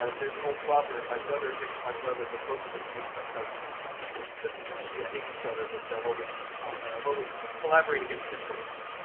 there's an old proverb my brother against my brother but both of us against our cousin and sunnis and shia hate each other but they'll always and i'll always collaborate against infidels.